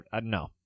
No